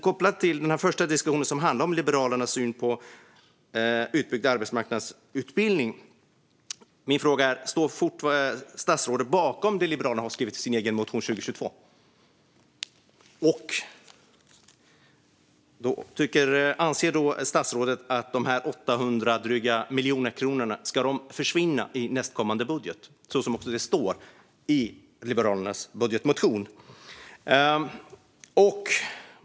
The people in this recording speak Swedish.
Kopplat till den första diskussionen om Liberalernas syn på utbyggd arbetsmarknadsutbildning är min fråga: Står statsrådet bakom det Liberalerna har skrivit i sin egen motion 2022? Anser statsrådet att de drygt 800 miljoner kronorna ska försvinna i nästkommande budget, som det står i Liberalernas budgetmotion?